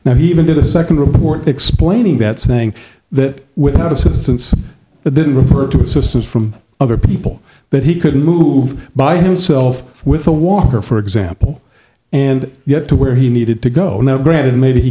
now he even did a second report explaining that saying that without assistance that didn't refer to assistance from other people but he couldn't move by himself with a walker for example and yet to where he needed to go now granted maybe he